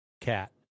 cat